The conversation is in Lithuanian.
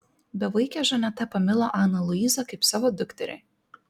bevaikė žaneta pamilo aną luizą kaip savo dukterį